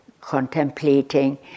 contemplating